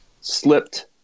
Slipped